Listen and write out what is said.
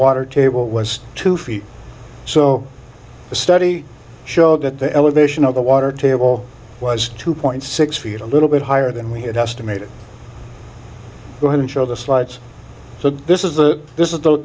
water table was two feet so the study showed that the elevation of the water table was two point six feet a little bit higher than we had estimated going show the slides so this is the this is the